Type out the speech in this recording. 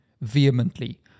vehemently